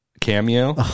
cameo